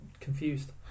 confused